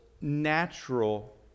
natural